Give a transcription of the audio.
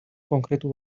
konkretu